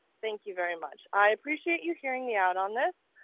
thank you very much. i appreciate you hearing me out on this.